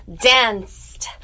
Danced